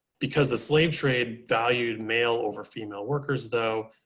because the slave trade valued male over female workers, though,